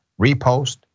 repost